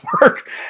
work